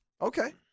Okay